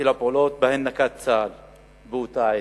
הפעולות שנקט צה"ל באותה עת.